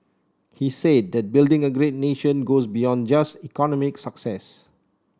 he said that building a great nation goes beyond just economic success